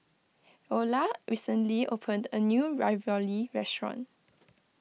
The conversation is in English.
Eola recently opened a new Ravioli restaurant